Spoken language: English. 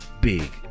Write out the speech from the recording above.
big